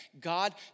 God